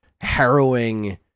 harrowing